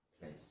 place